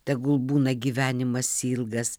tegul būna gyvenimas ilgas